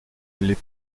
les